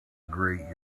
great